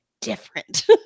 different